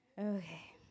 Okay